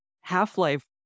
Half-Life